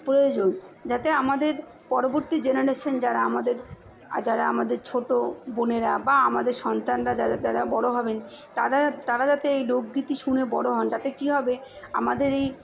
প্রয়োজন যাতে আমাদের পরবর্তী জেনারেশান যারা আমাদের যারা আমাদের ছোটো বোনেরা বা আমাদের সন্তানরা যাদের দ্বারা বড়ো হবেন তারা তারা যাতে এই লোকগীতি শুনে বড়ো হন তাতে কী হবে আমাদের এই